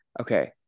Okay